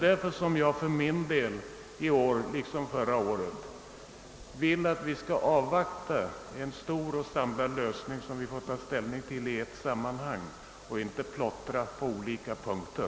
Därför önskar jag i år liksom förra året att vi avvaktar en stor och samlad lösning, som vi får ta ställning till i ett sammanhang, och att vi alltså inte plottrar på olika punkter.